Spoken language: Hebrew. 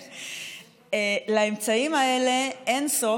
לאמצעים האלה אין-סוף.